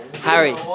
Harry